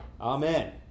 amen